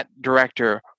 director